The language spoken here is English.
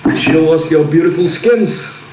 show us your beautiful screens.